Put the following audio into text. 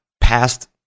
past